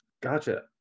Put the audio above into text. Gotcha